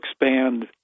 expand